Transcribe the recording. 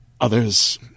others